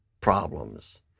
problems